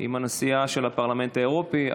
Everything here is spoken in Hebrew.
עם הנשיאה של הפרלמנט האירופי,